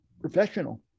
professional